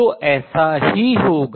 तो ऐसा ही होगा